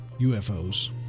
UFOs